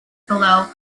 below